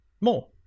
more